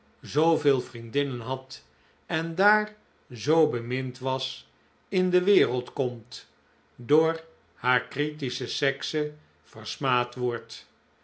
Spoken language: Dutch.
zooveel vriendinnen had en daar zoo bemind was in de wereld komt door haar critische sekse versmaad wordt